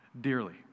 dearly